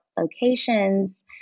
locations